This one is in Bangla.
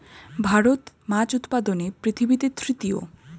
ভারত মাছ উৎপাদনে পৃথিবীতে তৃতীয়